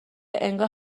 انگار